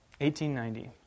1890